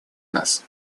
нас